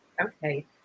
Okay